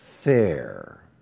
fair